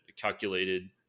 calculated